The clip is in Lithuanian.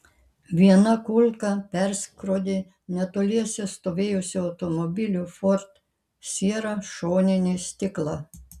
viena kulka perskrodė netoliese stovėjusio automobilio ford sierra šoninį stiklą